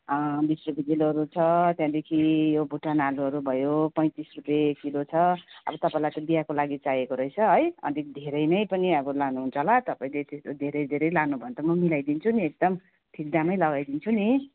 बिस रुपियाँ किलोहरू छ त्यहाँदेखि यो भुटान आलुहरू भयो पैँतिस रुपियाँ किलो छ अब तपाईँलाई त बिहाको लागि चाहिएको रहेछ है अलिक धैरै नै पनि अब लानुहुन्छ होला तपाईँले धेरै धेरै लानुभयो भने त म मिलाइदिन्छु नि एकदम ठिक दामै लगाइदिन्छु नि